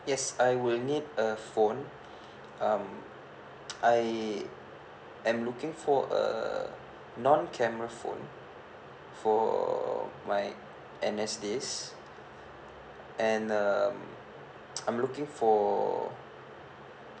yes I will need a phone um I I'm looking for a non camera phone for my N_S days and um I'm looking for